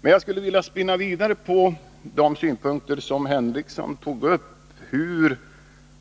Men jag skulle vilja spinna vidare på de synpunkter som Sven Henricsson tog upp, hur